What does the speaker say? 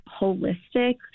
holistic